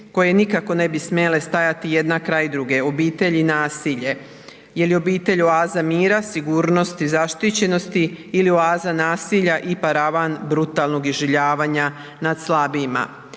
koje nikako ne bi smjele stajati jedna kraj druge, obitelj i nasilje jer je obitelj oaza mira, sigurnosti, zaštićenosti ili oaza nasilja i paravan brutalnog iživljavanja nad slabijima.